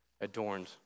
adorned